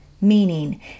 meaning